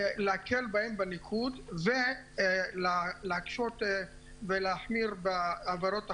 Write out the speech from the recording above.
להקל בהן בניקוד ולהקשות ולהחמיר בעבירות החמורות,